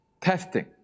Testing